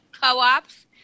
co-ops